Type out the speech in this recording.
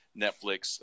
Netflix